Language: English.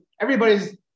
everybody's